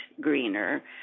Greener